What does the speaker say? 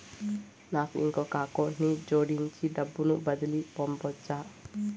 నాకు ఇంకొక అకౌంట్ ని జోడించి డబ్బును బదిలీ పంపొచ్చా?